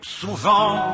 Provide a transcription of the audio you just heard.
souvent